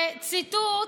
ציטוט